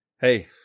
Hey